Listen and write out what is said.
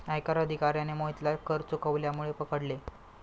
आयकर अधिकाऱ्याने मोहितला कर चुकवल्यामुळे पकडले